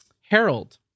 Harold